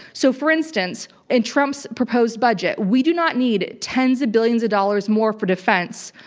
so, for instance, in trump's proposed budget, we do not need tens of billions of dollars more for defense.